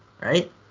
right